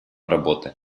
работы